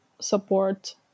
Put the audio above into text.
support